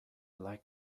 like